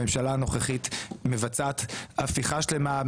הממשלה הנוכחית מבצעת הפיכה שלמה,